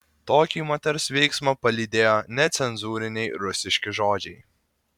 tokį moters veiksmą palydėjo necenzūriniai rusiški žodžiai